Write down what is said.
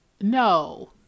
No